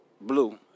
blue